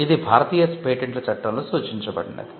ఇది భారతీయ పేటెంట్ల చట్టంలో సూచించబడినది